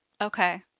Okay